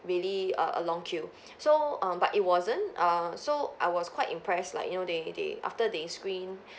really err a long queue so um but it wasn't err so I was quite impressed like you know they they after they screen